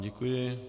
Děkuji.